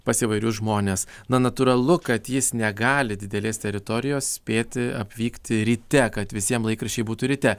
pas įvairius žmones na natūralu kad jis negali didelės teritorijos spėti atvykti ryte kad visiems laikraščiai būtų ryte